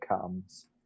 comes